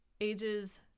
ages